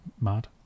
mad